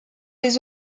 les